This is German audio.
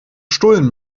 stullen